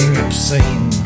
obscene